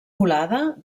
volada